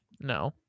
No